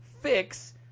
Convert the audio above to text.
fix